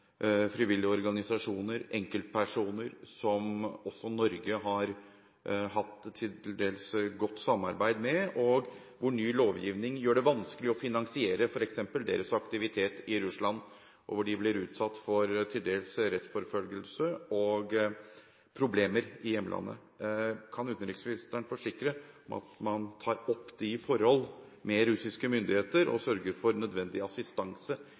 dels godt samarbeid med, hvor ny lovgivning gjør det vanskelig å finansiere f.eks. deres aktivitet i Russland, og hvor de til dels blir utsatt for rettsforfølgelse og problemer i hjemlandet. Kan utenriksministeren forsikre at man tar opp de forholdene med russiske myndigheter og sørger for nødvendig assistanse